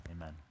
Amen